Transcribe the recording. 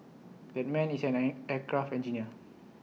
that man is an air aircraft engineer